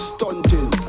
Stunting